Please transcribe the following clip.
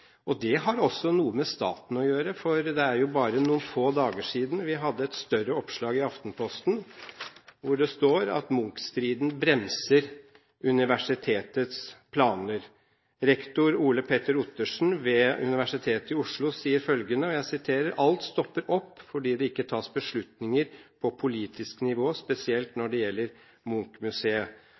videre? Det har også med staten å gjøre, for det er bare noen få dager siden vi hadde et større oppslag i Aftenposten, hvor det står: «Munch-striden bremser Universitetets planer.» Rektor Ole Petter Ottersen ved Universitetet i Oslo sier følgende: «Alt stopper opp fordi det ikke tas beslutninger på politisk nivå, spesielt når det gjelder